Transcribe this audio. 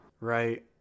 Right